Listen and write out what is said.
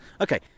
Okay